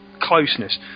closeness